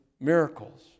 Miracles